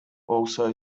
also